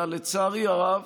אלא לצערי הרב,